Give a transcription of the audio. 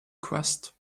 quest